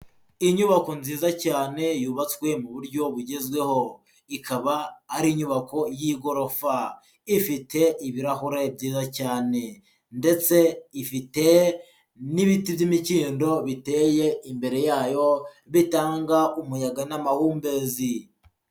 Inyubako nziza cyane yubatswe mu buryo bugezweho, ikaba ari inyubako y'igorofa ifite ibirahure byiza cyane, ndetse ifite n'ibiti by'imikindo biteye imbere yayo bitanga umuyaga n'amahumbezi.